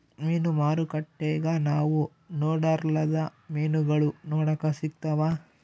ಮೀನು ಮಾರುಕಟ್ಟೆಗ ನಾವು ನೊಡರ್ಲಾದ ಮೀನುಗಳು ನೋಡಕ ಸಿಕ್ತವಾ